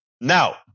Now